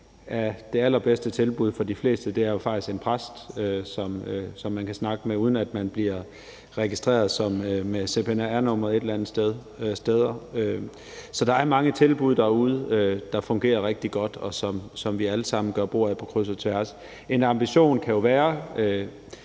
det allerbedste tilbud for de fleste jo faktisk en præst, som man kan snakke med, uden at man bliver registreret med et cpr-nr. et eller andet sted. Så der er mange tilbud derude, der fungerer rigtig godt, og som vi alle sammen gør brug af på kryds og tværs. En ambition kan jo være,